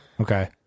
Okay